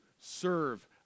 serve